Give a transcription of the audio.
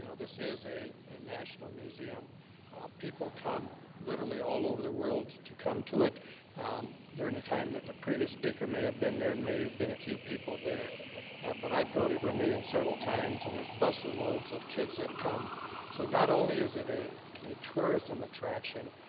you know this is a national museum people come literally all over the world to come to it during the time that the previous speaker may have been there may have been a few people there but i've got over me in several times, and there's buses loads of kids that come so not only is it a a tourism attraction,